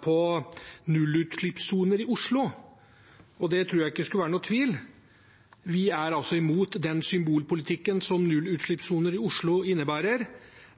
på nullutslippssoner i Oslo. Det tror jeg ikke det skulle være noen tvil om. Vi er altså imot den symbolpolitikken som nullutslippssoner i Oslo innebærer.